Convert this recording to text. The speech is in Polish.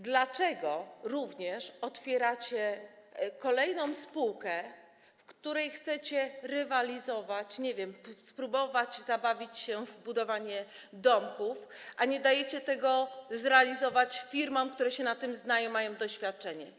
Dlaczego otwieracie kolejną spółkę, w ramach której chcecie rywalizować, nie wiem, spróbować zabawić się w budowanie domków, a nie dajecie tego zrealizować firmom, które na tym się znają, mają doświadczenie?